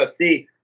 UFC